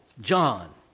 John